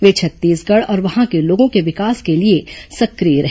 वे छत्तीसगढ़ और वहां के लोगों के विकास के लिए सशिक्र य रहे